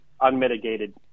unmitigated